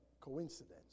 coincidence